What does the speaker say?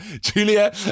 Julia